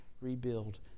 rebuild